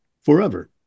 forever